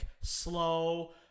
slow